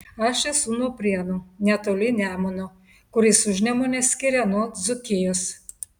aš esu nuo prienų netoli nemuno kuris užnemunę skiria nuo dzūkijos